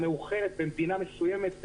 או כמה אנשי צוות צריך להעסיק בכל סיטואציה ואיך